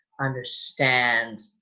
understand